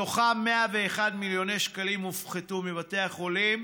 מתוכם 101 מיליוני שקלים הופחתו מבתי החולים,